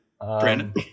Brandon